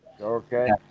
okay